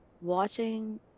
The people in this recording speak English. watching